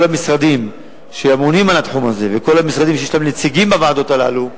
כל המשרדים שממונים על התחום וכל המשרדים שיש להם נציגים בוועדות הללו,